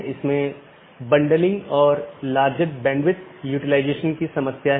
तो यह ऐसा नहीं है कि यह OSPF या RIP प्रकार के प्रोटोकॉल को प्रतिस्थापित करता है